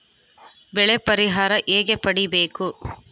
ಬೆಳೆ ಪರಿಹಾರ ಹೇಗೆ ಪಡಿಬೇಕು?